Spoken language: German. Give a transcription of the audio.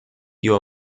hier